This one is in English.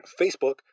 Facebook